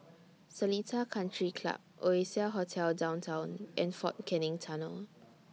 Seletar Country Club Oasia Hotel Downtown and Fort Canning Tunnel